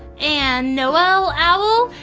and noel owl,